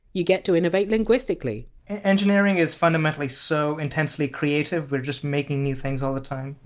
you get to innovate linguistically engineering is fundamentally so intensely creative, we're just making new things all the time.